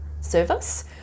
service